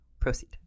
Proceed